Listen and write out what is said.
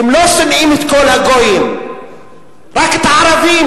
הם לא שונאים את כל הגויים, רק את הערבים.